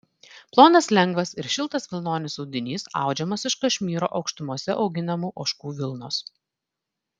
plonas lengvas ir šiltas vilnonis audinys audžiamas iš kašmyro aukštumose auginamų ožkų vilnos